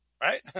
right